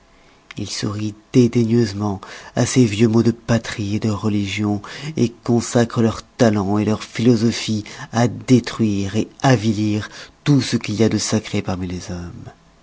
ils sourient dédaigneusement à ces vieux mots de patrie et de religion consacrent leurs talens leur philosophie a détruire avilir tout ce qu'il y a de sacré parmi les hommes